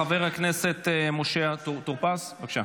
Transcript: חבר הכנסת משה טור פז, בבקשה.